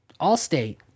Allstate